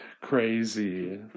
crazy